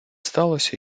сталося